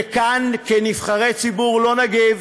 וכאן, כנבחרי ציבור, לא נגיב,